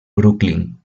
brooklyn